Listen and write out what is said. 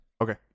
Okay